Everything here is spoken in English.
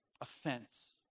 offense